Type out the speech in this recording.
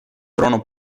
trono